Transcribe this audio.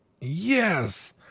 yes